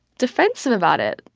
defensive about it.